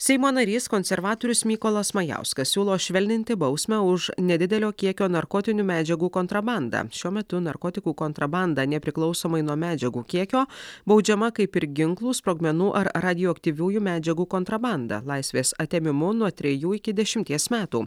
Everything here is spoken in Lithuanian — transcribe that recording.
seimo narys konservatorius mykolas majauskas siūlo švelninti bausmę už nedidelio kiekio narkotinių medžiagų kontrabandą šiuo metu narkotikų kontrabanda nepriklausomai nuo medžiagų kiekio baudžiama kaip ir ginklų sprogmenų ar radioaktyviųjų medžiagų kontrabandą laisvės atėmimu nuo trejų iki dešimties metų